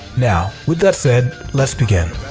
now, with that said, let's begin.